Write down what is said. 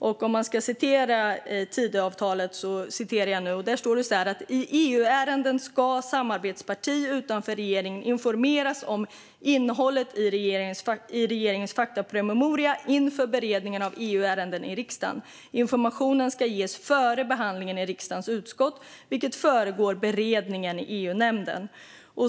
Det står i Tidöavtalet att i EU-ärenden ska samarbetsparti utanför regering informeras om innehållet i regeringens faktapromemoria inför beredningen av EU-ärenden i riksdagen. Informationen ska ges före behandlingen i riksdagens utskott, vilket föregår beredningen i EU-nämnden.